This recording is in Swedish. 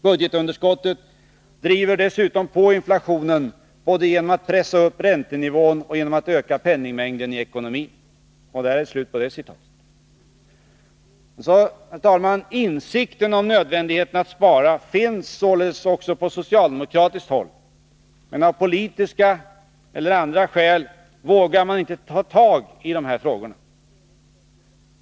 Budgetunderskottet driver dessutom på inflationen både genom att pressa upp räntenivån och genom att öka penningmängden i ekonomin.” Insikten om nödvändigheten att spara finns således också på socialdemo 11 kratiskt håll, men av politiska eller andra skäl vågar man inte ta tag i de här frågorna.